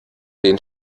den